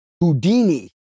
Houdini